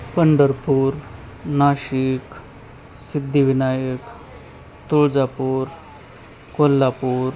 Pandharpur Nashik Siddhivinayak Tuljapur Kolhapur